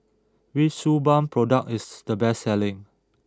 which Suu Balm product is the best selling